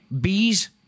bees